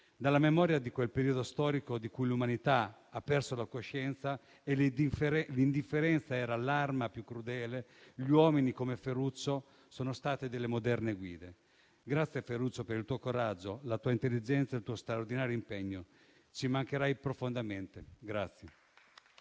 Dalla memoria di quel periodo storico, di cui l'umanità ha perso la coscienza e in cui l'indifferenza era l'arma più crudele, gli uomini come Ferruccio sono state delle guide moderne. Grazie, Ferruccio, per il tuo coraggio, la tua intelligenza e il tuo straordinario impegno. Ci mancherai profondamente.